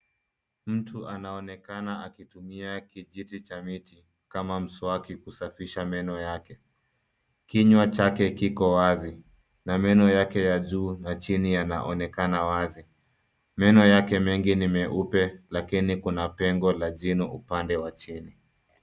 Mtu anaonekana akitumia kijiti cha miti kama mswaki kusafisha meno yake. Kinywa chake kiko wazi na meno yake ya juu na chini yanaonekana wazi. Meno yake mengi ni meupe lakini kuna pengo la jino upande wa chini.